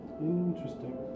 Interesting